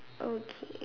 okay